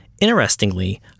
Interestingly